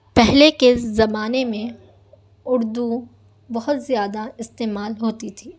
پہلے کے زمانہ میں اردو بہت زیادہ استعمال ہوتی تھی